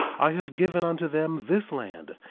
i have given unto them this land,